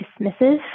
dismissive